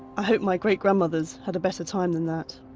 i hope my great-grandmothers had a better time than that.